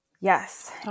Yes